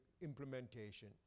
implementation